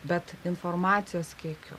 bet informacijos kiekiu